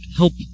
help